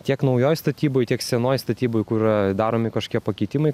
tiek naujoj statyboj tiek senoj statyboj kur daromi kažkokie pakeitimai